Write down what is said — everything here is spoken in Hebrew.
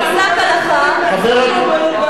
הוא הוזמן כמה פעמים,